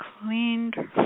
cleaned